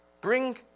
Bring